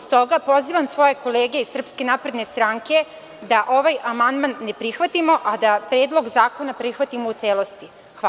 Stoga, pozivam svoje kolege iz Srpske napredne stranke da ovaj amandman ne prihvatimo, a da Predlog zakona prihvatimo u celosti.